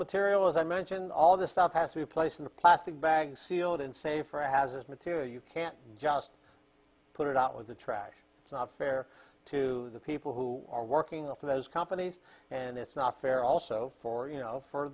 material as i mentioned all this stuff has to place in a plastic bag sealed in safe or a hazardous material you can't just put it out with the trash it's not fair to the people who are working off of those companies and it's not fair also for you know for